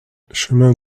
chemin